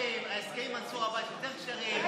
ההסכמים עם זועבי יותר כשרים,